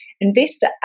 Investor